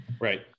Right